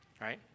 right